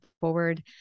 forward